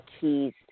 keys